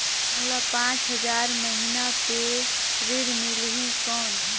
मोला पांच हजार महीना पे ऋण मिलही कौन?